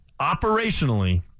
Operationally